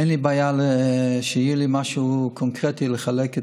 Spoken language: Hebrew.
אין לי בעיה, כשיהיה לי משהו קונקרטי לחלוק איתכם,